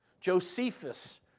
Josephus